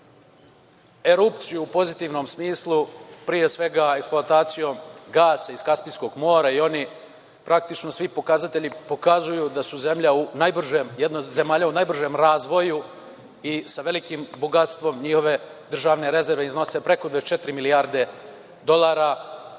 erupciju u pozitivnom smislu, pre svega eksploatacijom gasa iz Kaspijskog mora i oni, praktično svi pokazatelji pokazuju da su zemlja u najbržem, jedna od zemalja u najbržem razvoju i sa velikim bogatstvom njihove državne rezerve, iznose preko 24 milijarde dolara,